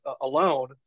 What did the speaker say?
alone